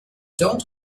don’t